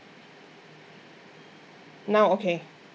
now okay